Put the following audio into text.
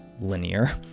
linear